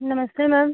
नमस्ते मैम